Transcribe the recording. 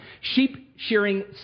Sheep-shearing